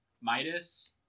Midas